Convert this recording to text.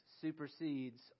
supersedes